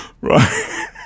right